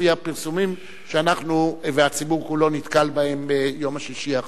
לפי הפרסומים שאנחנו והציבור כולו נתקלנו בהם ביום שישי האחרון.